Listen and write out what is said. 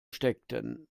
steckten